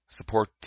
Support